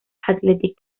athletic